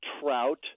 trout